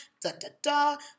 da-da-da